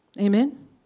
Amen